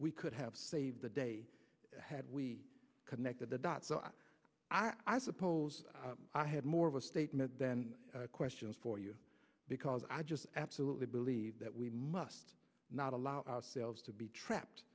we could have saved the day had we connected the dots so i suppose i had more of a statement than questions for you because i just absolutely believe that we must not allow ourselves to be trapped